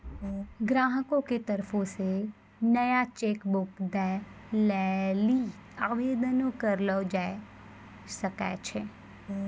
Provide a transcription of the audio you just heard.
ग्राहको के तरफो से नया चेक बुक दै लेली आवेदन करलो जाय सकै छै